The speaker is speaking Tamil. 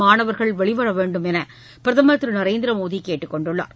மாணவர்கள் வெளிவர வேண்டுமென பிரதமர் திரு நரேந்திரமோடி கேட்டுக் கொண்டுள்ளார்